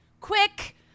quick